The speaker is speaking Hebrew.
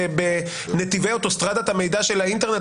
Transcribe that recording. בנתיבי אוטוסטראדת המידע של האינטרנט,